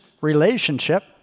relationship